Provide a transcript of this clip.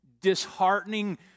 disheartening